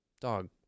dog